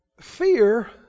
fear